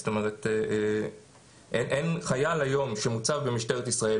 זאת אומרת חייל שמוצב היום במשטרת ישראל,